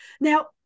Now